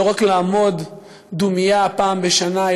היא לא רק לעמוד בדומייה פעם בשנה,